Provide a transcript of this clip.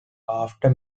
after